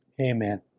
amen